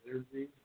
Energy